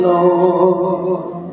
Lord